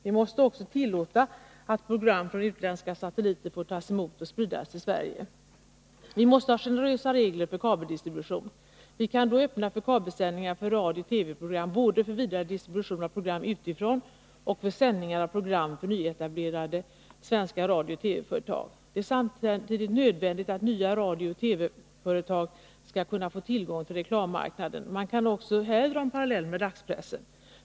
Vi måste också tillåta att program från utländska satelliter får tas emot och spridas till Sverige. Vi måste ha generösa regler för kabeldistribution. Vi kan då öppna för kabelsändningar av radiooch TV-program, både för vidare distribution av program utifrån och för sändningar av program för nyetablerade svenska radiooch TV-företag. Det är samtidigt nödvändigt att nya radiooch TV-företag får tillgång till reklammarknaden. Man kan också här dra en parallell till dagspressen.